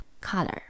color